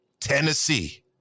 Tennessee